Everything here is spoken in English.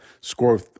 score